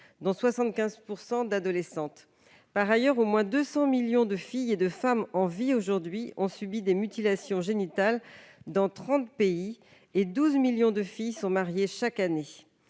dont 75 % d'adolescentes. Par ailleurs, au moins 200 millions de filles et de femmes en vie aujourd'hui ont subi des mutilations génitales dans trente pays, et 12 millions de filles sont mariées de force chaque année.